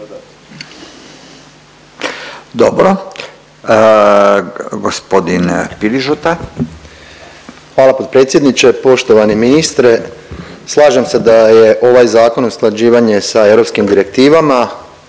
Boris (SDP)** Hvala potpredsjedniče. Poštovani ministre, slažem se da je ovaj zakon usklađivanje sa europskim direktivama,